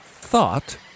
thought